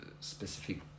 specific